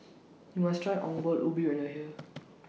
YOU must Try Ongol Ubi when YOU Are here